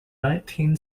nineteen